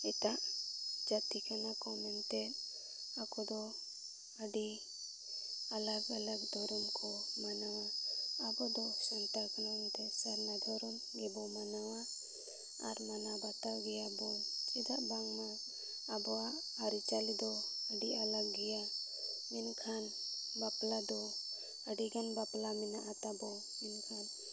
ᱮᱴᱟᱜ ᱡᱟᱹᱛᱤ ᱠᱟᱱᱟ ᱠᱚ ᱢᱮᱱᱛᱮᱫ ᱟᱠᱚᱫᱚ ᱟᱹᱰᱤ ᱟᱞᱟᱜ ᱟᱞᱟᱜ ᱫᱷᱚᱨᱚᱢ ᱠᱚ ᱢᱟᱱᱟᱣᱟ ᱟᱵᱚᱫᱚ ᱥᱟᱱᱛᱟᱲ ᱠᱟᱱᱟ ᱵᱚ ᱢᱮᱱᱛᱮ ᱥᱟᱨᱱᱟ ᱫᱷᱚᱨᱚᱢ ᱜᱮᱵᱚ ᱢᱟᱱᱟᱣᱟ ᱟᱨ ᱢᱟᱱᱟᱣ ᱵᱟᱛᱟᱣ ᱜᱮᱭᱟ ᱵᱚᱱ ᱪᱮᱫᱟᱜ ᱵᱟᱝᱢᱟ ᱟᱵᱚᱣᱟᱜ ᱟᱹᱨᱤᱪᱟᱹᱞᱤ ᱫᱚ ᱟᱹᱰᱤ ᱟᱞᱟᱜ ᱜᱮᱭᱟ ᱢᱮᱱᱠᱷᱟᱱ ᱵᱟᱯᱞᱟ ᱫᱚ ᱟᱹᱰᱤᱜᱟᱱ ᱵᱟᱯᱞᱟ ᱢᱮᱱᱟᱜᱼᱟ ᱛᱟᱵᱚ ᱢᱮᱱᱠᱷᱟᱱ